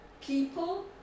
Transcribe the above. people